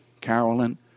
Carolyn